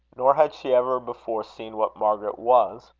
nor had she ever before seen what margaret was.